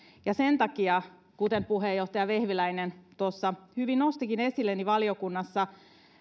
ja sen takia kuten puheenjohtaja vehviläinen tuossa hyvin nostikin esille valiokunnassa